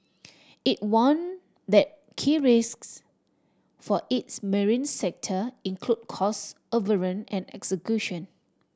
it warned that key risks for its marine sector include cost overrun and execution